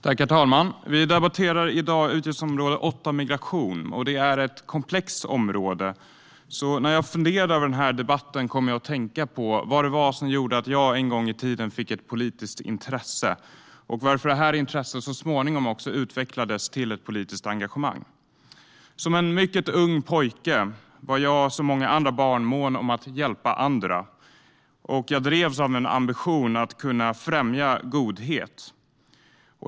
Herr talman! Vi debatterar i dag utgiftsområde 8, som handlar om migration. Det är ett komplext område. När jag funderade över denna debatt kom jag att tänka på vad som gjorde att jag en gång i tiden fick ett politiskt intresse och varför detta intresse så småningom också utvecklades till ett politiskt engagemang. Som en mycket ung pojke var jag, som många andra barn, mån om att hjälpa andra. Jag drevs av min ambition att kunna främja godhet.